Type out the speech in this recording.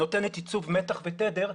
נותנת ייצוב מתח ותדר,